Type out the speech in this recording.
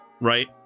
Right